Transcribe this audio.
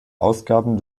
ausgaben